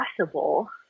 possible